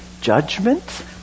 judgment